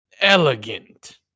elegant